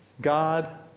God